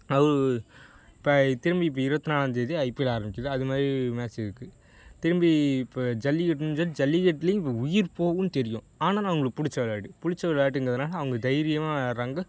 அவரு இப்போ திரும்பி இப்போ இருபத்தி நாலாந்தேதி ஐபிஎல் ஆரம்பிக்குது அதுமாதிரி மேட்ச் இருக்குது திரும்பி இப்போ ஜல்லிக்கட்டும் சரி ஜல்லிக்கட்லியும் இப்போ உயிர்போகும்னு தெரியும் ஆனாலும் அவங்களுக்கு பிடிச்ச ஒரு விளாட்டு பிடிச்ச ஒரு விளாட்டுங்குறதனால அவங்க தைரியமாக விளாடுறாங்க